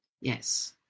Yes